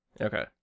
okay